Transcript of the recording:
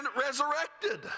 resurrected